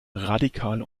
radikal